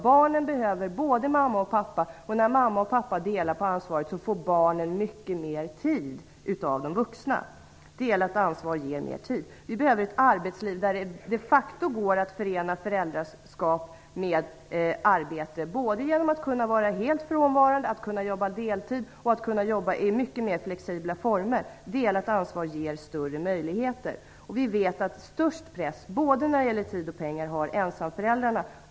Barnen behöver både mamma och pappa. När mamma och pappa delar på ansvaret får barnen mycket mer tid av de vuxna. Delat ansvar ger mer tid. Vi behöver ett arbetsliv där det de facto går att förena föräldraskap med arbete. Man skall kunna vara helt frånvarande, man skall kunna jobba deltid och man skall kunna jobba i mycket mer flexibla former. Delat ansvar ger större möjligheter. Vi vet att det är ensamföräldrarna som har den största pressen, både när det gäller tid och när det gäller pengar.